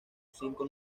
cinco